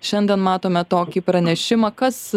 šiandien matome tokį pranešimą kas